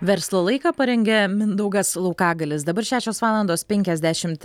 verslo laiką parengė mindaugas laukagalis dabar šešios valandos penkiasdešimt